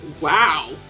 Wow